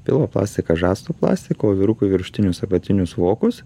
pilvo plastiką žasto plastiką o vyrukui viršutinius apatinius vokus